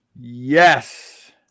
yes